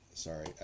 Sorry